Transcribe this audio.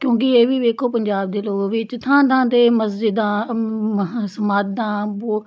ਕਿਉਂਕਿ ਇਹ ਵੀ ਵੇਖੋ ਪੰਜਾਬ ਦੇ ਲੋਕ ਵਿੱਚ ਥਾਂ ਥਾਂ 'ਤੇ ਮਸਜਿਦਾਂ ਮਹਾ ਸਮਾਧਾਂ ਵੋ